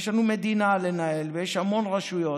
יש לנו מדינה לנהל ויש המון רשויות,